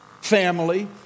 family